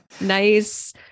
nice